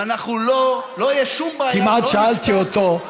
ולא תהיה שום בעיה, כמעט שאלתי אותו.